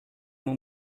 uma